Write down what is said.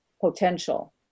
potential